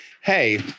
hey